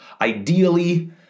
ideally